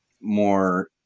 more